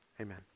Amen